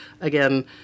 again